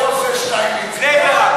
בני-ברק,